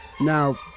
Now